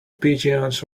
pigeons